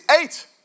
eight